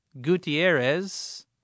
Gutierrez